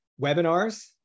webinars